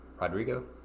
Rodrigo